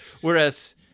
Whereas